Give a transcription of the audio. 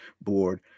board